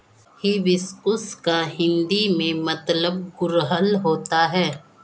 hibiscus का हिंदी में मतलब गुड़हल होता है